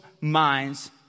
minds